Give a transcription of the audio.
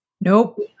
Nope